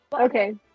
Okay